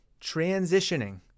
transitioning